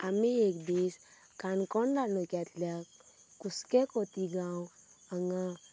आमी एक दीस काणकोण तालुक्यांतल्या कुसकें खोतीगांव हांगा